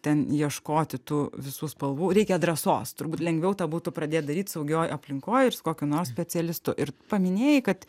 ten ieškoti tų visų spalvų reikia drąsos turbūt lengviau tą būtų pradėt daryt saugioj aplinkoj ir su kokiu nors specialistu ir paminėjai kad